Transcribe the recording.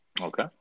Okay